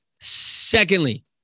Secondly